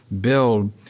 build